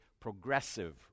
progressive